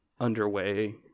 underway